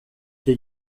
icyo